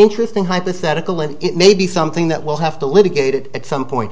interesting hypothetical and it may be something that will have to litigated at some point